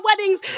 weddings